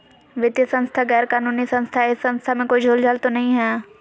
वित्तीय संस्था गैर कानूनी संस्था है इस संस्था में कोई झोलझाल तो नहीं है?